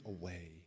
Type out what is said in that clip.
away